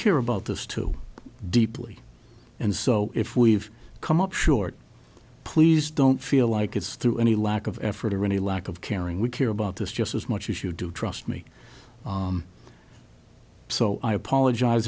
care about this too deeply and so if we've come up short please don't feel like it's through any lack of effort or any lack of caring we care about this just as much as you do trust me so i apologize